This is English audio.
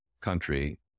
country